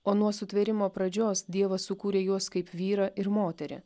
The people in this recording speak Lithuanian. o nuo sutvėrimo pradžios dievas sukūrė juos kaip vyrą ir moterį